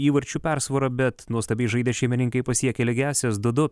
įvarčių persvarą bet nuostabiai žaidę šeimininkai pasiekė lygiąsias du du